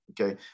Okay